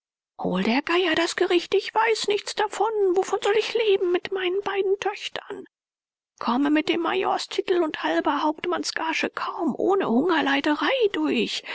hol der geier das gericht ich weiß nichts davon wovon soll ich leben mit meinen beiden töchtern komme mit dem majorstitel und halber hauptmannsgage kaum ohne hungerleiderei durch